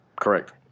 Correct